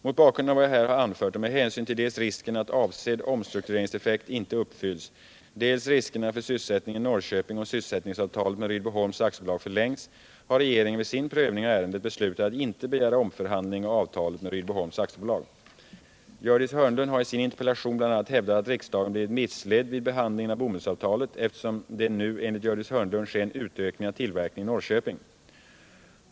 Mot bakgrund av vad jag här har anfört och med hänsyn till dels risken att avsedd omstruktureringseffekt inte uppfylls, dels riskerna för sysselsättningen i Norrköping om sysselsättningsavtalet med Rydboholms AB förlängs, har regeringen vid sin prövning av ärendet beslutat att inte begära omförhandling av avtalet med Rydboholms AB. Gördis Hörnlund har i sin interpellation bl.a. hävdat att riksdagen blivit missledd vid behandlingen av bomullsavtalet, eftersom det nu enligt Gördis Hörnlund sker en utökning av tillverkningen i Norrköping.